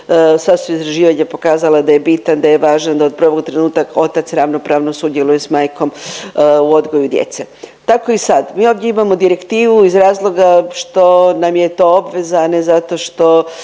sva su istraživanja pokazala da je bitan, da je važan, da od prvog trenutka otac ravnopravno sudjeluje s majkom u odgoju djece, tako i sad. Mi ovdje imamo direktivu iz razloga što nam je to obveza, a ne zato što